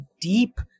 deep